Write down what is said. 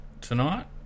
tonight